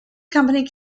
company